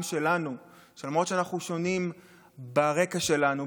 שלנו שלמרות שאנחנו שונים ברקע שלנו,